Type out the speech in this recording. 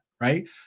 right